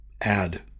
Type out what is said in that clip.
add